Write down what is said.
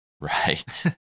Right